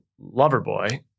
Loverboy